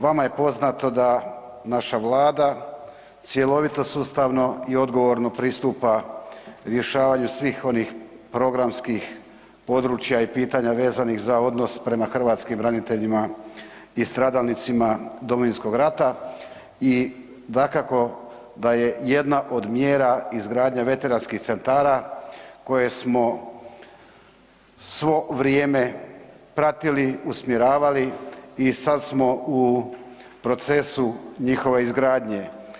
Vama je poznato da naša Vlada cjelovito sustavno i odgovorno pristupa rješavanju svih onih programskih područja i pitanja vezanih za odnos prema hrvatskim braniteljima i stradalnicima Domovinskog rata i dakako da je jedna od mjera izgradnja veteranskih centara koje smo svo vrijeme pratili, usmjeravali i sad smo u procesu njihove izgradnje.